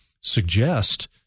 suggest